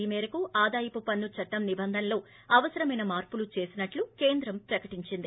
ఈ మేరకు ఆదాయపు పన్ను చట్టం నిబంధనలలో అవసరమైన మార్పులు చేసినట్టు కేంద్రం ప్రకటించింది